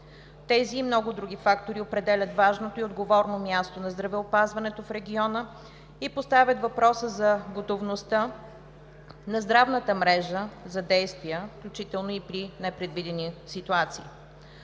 Тези и много други фактори определят важното и отговорно място на здравеопазването в региона и поставят въпроса за готовността на здравната мрежа за действия, включително и при непредвидени ситуации.